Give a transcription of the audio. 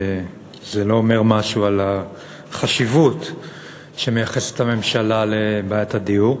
שזה לא אומר משהו על החשיבות שמייחסת הממשלה לבעיית הדיור.